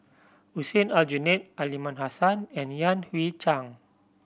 Hussein Aljunied Aliman Hassan and Yan Hui Chang